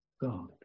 God